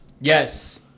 Yes